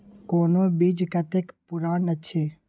कोनो बीज कतेक पुरान अछि?